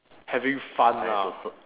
having fun ah